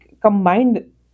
combined